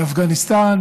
מאפגניסטן,